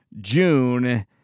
June